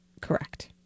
correct